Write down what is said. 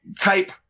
type